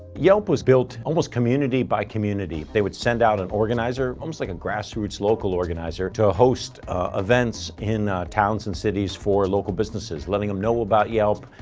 yelp was built almost community by community. they would send out an organizer, almost like a grassroots local organizer, to host events in towns and cities for local businesses, letting them know about yelp,